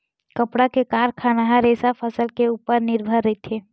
कपड़ा के कारखाना ह रेसा फसल के उपर निरभर रहिथे